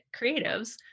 creatives